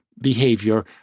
behavior